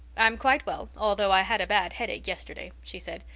i'm quite well although i had a bad headache yesterday, she said.